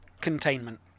containment